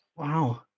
Wow